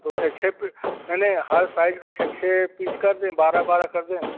तो उसे छः पीस नहीं नहीं हर साइज़ के छः छः पीस कर दें बारह बारह कर दें